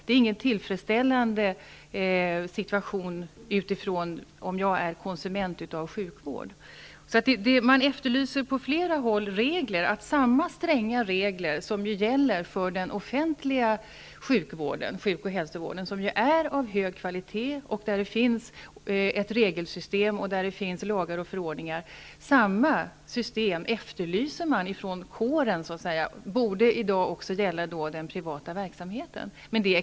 Det är ingen tillfredsställande situation för den som är konsument av sjukvård. Man efterlyser från flera håll inom kåren att samma stränga regler som gäller för den offentliga hälsooch sjukvården, som är av hög kvalitet och där det finns ett regelsystem och lagar och förordningar, skall gälla också den privata verksamheten i dag.